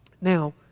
Now